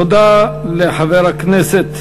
תודה לחבר הכנסת